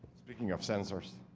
speaking of sensors,